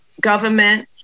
government